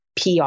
PR